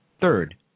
Third